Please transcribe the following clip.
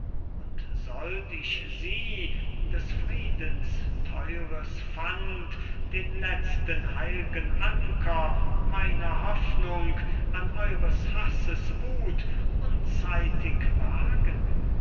und sollt ich sie des friedens theures pfand den letzten heil'gen anker meiner hoffnung an eures hasses wuth unzeitig wagen